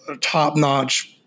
top-notch